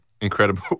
Incredible